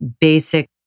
basic